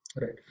Right